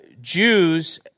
Jews